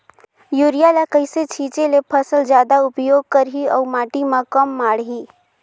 Urea ल कइसे छीचे ल फसल जादा उपयोग करही अउ माटी म कम माढ़ही?